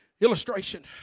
illustration